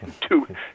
Two